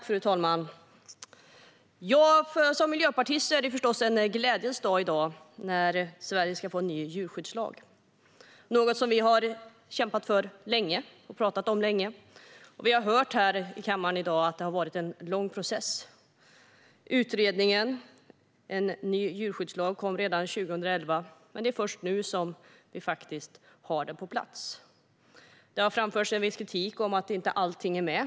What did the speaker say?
Fru talman! För en miljöpartist är det förstås en glädjens dag i dag, när Sverige ska få en ny djurskyddslag. Det är något som vi har kämpat för och pratat om länge. Vi har hört här i kammaren i dag att det har varit en lång process. Utredningen Ny djurskyddslag kom redan 2011, men det är först nu som vi har den på plats. Det har framförts viss kritik om att allt inte är med.